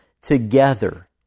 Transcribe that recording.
together